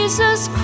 Jesus